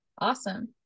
Awesome